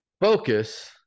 focus